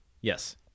yes